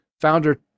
Founder